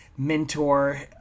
mentor